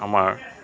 আমাৰ